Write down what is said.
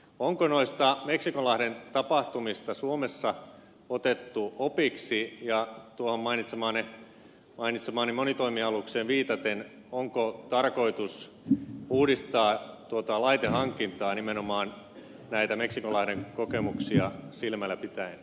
onko noista meksikonlahden tapahtumista suomessa otettu opiksi ja tuohon mainitsemaanne monitoimialukseen viitaten onko tarkoitus uudistaa laitehankintaa nimenomaan meksikonlahden kokemuksia silmälläpitäen